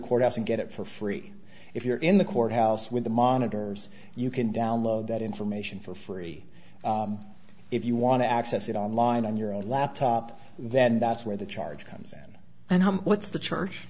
courthouse and get it for free if you're in the courthouse with the monitors you can download that information for free if you want to access it online on your own laptop then that's where the charge comes in and what's the church